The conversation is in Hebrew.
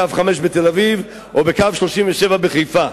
בקו 5 בתל-אביב או בקו 37 בחיפה.